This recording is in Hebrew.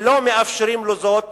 ולא מאפשרים לו זאת